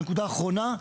והנקודה האחרונה: